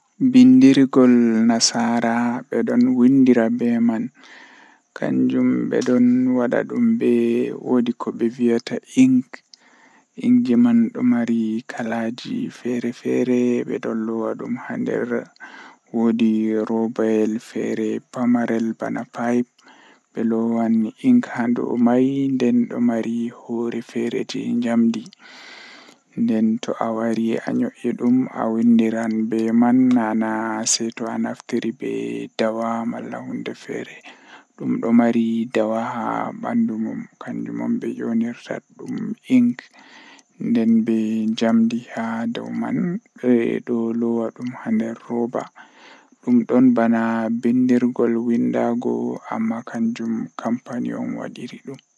Eh didi fuu handi gomnati kam huwa amma ko handi lorna hakkilo masin kanjum woni hakkila be ummatoore woni nderwuro ummtoore nder wuro kambe woni gomnati hakkila be mabbe masin